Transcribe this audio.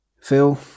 phil